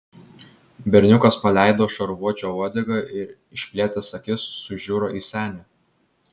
berniukas paleido šarvuočio uodegą ir išplėtęs akis sužiuro į senį